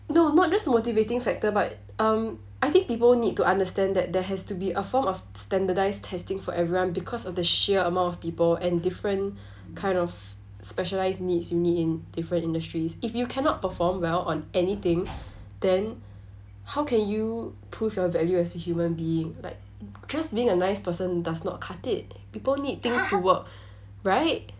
no not just motivating factor but um I think people need to understand that there has to be a form of standardised testing for everyone because of the sheer amount of people and different kind of specialised needs you need in different industries if you cannot perform well on anything then how can you prove your value as a human being like just being a nice person does not cut it people need things to work right